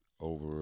over